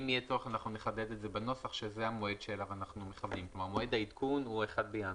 אם יהיה צורך אנחנו נחדד בנוסח שמועד העדכון הוא 1 בינואר.